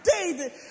David